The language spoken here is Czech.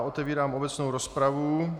Otevírám obecnou rozpravu.